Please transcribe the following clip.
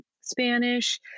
Spanish